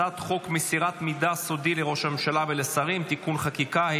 הצעת חוק מסירת מידע סודי לראש הממשלה ולשרים (תיקוני חקיקה),